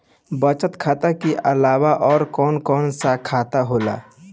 बचत खाता कि अलावा और कौन कौन सा खाता होला?